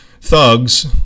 thugs